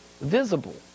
visible